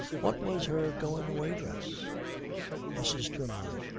what was her going-away dress mrs. twymley.